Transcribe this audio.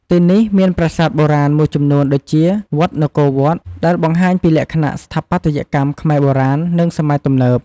ទីនេះមានប្រាសាទបុរាណមួយចំនួនដូចជា វត្តនគរវត្ត ដែលបង្ហាញពីលក្ខណៈស្ថាបត្យកម្មខ្មែរបុរាណ និងសម័យទំនើប។